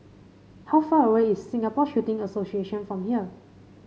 how far away is Singapore Shooting Association from here